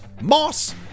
Moss